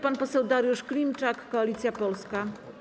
Pan poseł Dariusz Klimczak, Koalicja Polska.